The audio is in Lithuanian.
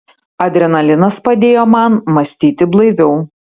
adrenalinas padėjo man mąstyti blaiviau